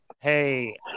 hey